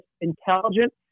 intelligent